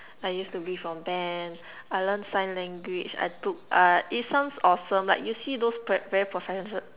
I used to be from band I learnt sign language I took art it sounds awesome like you see those pr~ very professional